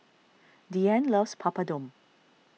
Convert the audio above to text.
Diann loves Papadum